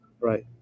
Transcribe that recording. Right